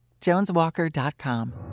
JonesWalker.com